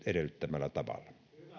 edellyttämällä tavalla